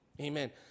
Amen